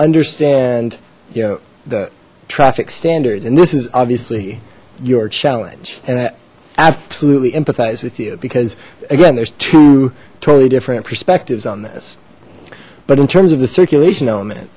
understand you know the traffic standards and this is obviously your challenge and i absolutely empathize with you because again there's two totally different perspectives on this but in terms of the circulation element